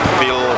feel